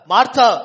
Martha